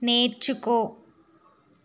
నేర్చుకో